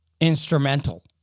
instrumental